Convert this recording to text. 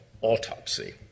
autopsy